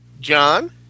John